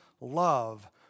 love